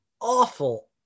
awful